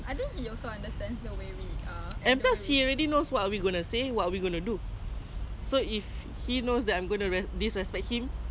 kind of disrespecting ya but then no lah so far I never do that before I'm like always like you know I'm always very comfortable